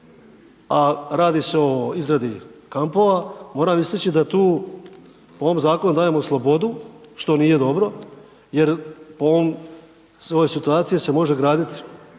a radi se o izradi kampova moram istaći da tu u ovom zakonu dajemo slobodu što nije dobro, jer po ovoj situaciji se može graditi